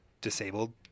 disabled